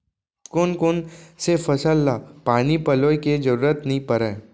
कोन कोन से फसल ला पानी पलोय के जरूरत नई परय?